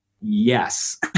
yes